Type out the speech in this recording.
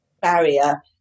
barrier